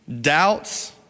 doubts